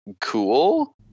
cool